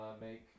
make